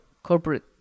corporate